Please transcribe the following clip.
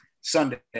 Sunday